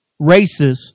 racists